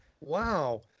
Wow